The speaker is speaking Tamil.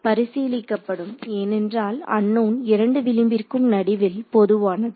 பரிசீலிக்கப்படும் ஏனென்றால் அன்னோன் இரண்டு விளிம்பிற்கும் நடுவில் பொதுவானது